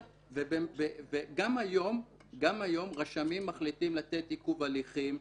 וגם היום רשמים מחליטים לתת עיכוב הליכים,